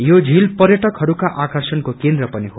यो झील पर्यटकहरूका आर्कषणको केन्द्र पनि हो